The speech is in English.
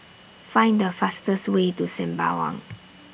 Find The fastest Way to Sembawang